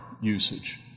usage